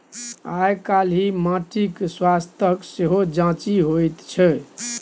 आयकाल्हि माटिक स्वास्थ्यक सेहो जांचि होइत छै